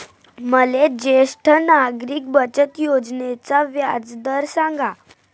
मले ज्येष्ठ नागरिक बचत योजनेचा व्याजदर सांगा